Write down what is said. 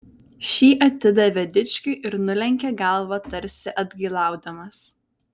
šį atidavė dičkiui ir nulenkė galvą tarsi atgailaudamas